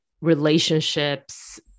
relationships